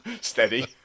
Steady